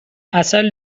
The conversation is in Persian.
عسل